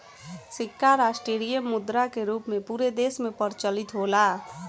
सिक्का राष्ट्रीय मुद्रा के रूप में पूरा देश में प्रचलित होला